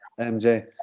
MJ